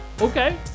okay